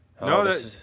No